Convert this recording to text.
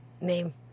name